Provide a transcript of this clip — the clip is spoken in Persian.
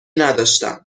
نداشتم